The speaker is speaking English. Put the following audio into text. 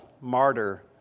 martyr